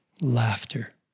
Laughter